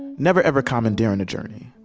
and never, ever commandeering the journey,